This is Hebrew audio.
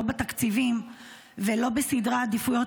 לא בתקציבים ולא בסדרי העדיפויות,